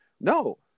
No